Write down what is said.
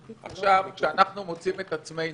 כשאנחנו מוצאים את עצמנו,